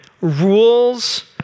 rules